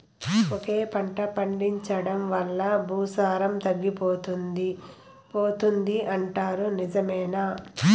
ఒకే పంట పండించడం వల్ల భూసారం తగ్గిపోతుంది పోతుంది అంటారు నిజమేనా